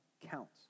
counts